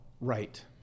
Right